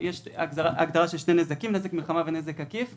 יש הגדרה של שני נזקים: "נזק מלחמה" ו"נזק עקיף".